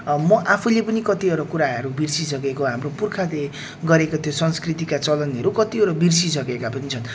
म आफैले पनि कतिवटा कुराहरू बिर्सिसकेको हाम्रो पुर्खाले गरेको त्यो संस्कृतिका चलनहरू कतिवटा बिर्सिसकेका पनि छन्